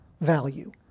value